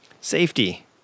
safety